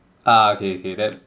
ah okay okay that